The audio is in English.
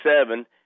seven